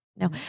No